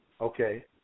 Okay